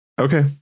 okay